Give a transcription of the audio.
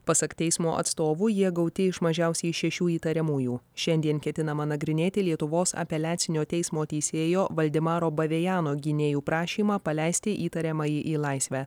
pasak teismo atstovų jie gauti iš mažiausiai šešių įtariamųjų šiandien ketinama nagrinėti lietuvos apeliacinio teismo teisėjo valdemaro bavejano gynėjų prašymą paleisti įtariamąjį į laisvę